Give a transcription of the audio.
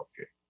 okay